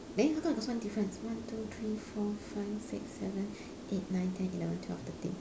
then how come we got so many difference one two three four five six seven eight nine ten eleven twelve thirteen